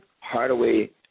hardaway